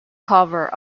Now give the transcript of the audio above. cover